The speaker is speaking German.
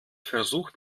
versucht